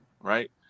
right